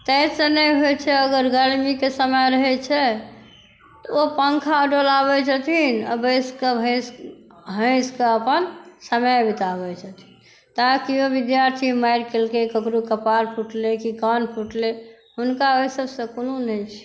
तै सँ नहि होइ छै अगर गरमीके समय रहै छै तऽ ओ पंखा डोलाबै छथिन आ बैस कऽ हँसि कऽ अपन समय बिताबै छथिन तैं केओ विद्यार्थी मारि केलकै ककरो कपार फुटलै कि कान फुटलै हुनका ओहि सबसँ कोनो नहि छै